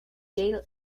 yale